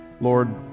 lord